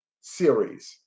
series